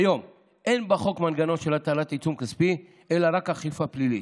כיום אין בחוק מנגנון של הטלת עיצום כספי אלא רק אכיפה פלילית.